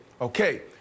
Okay